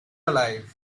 alive